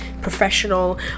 professional